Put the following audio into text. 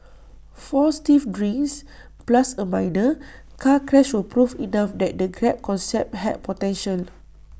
four stiff drinks plus A minor car crash were proof enough that the grab concept had potential